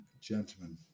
gentlemen